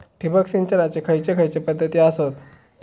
ठिबक सिंचनाचे खैयचे खैयचे पध्दती आसत?